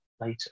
later